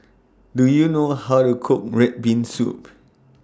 Do YOU know How to Cook Red Bean Soup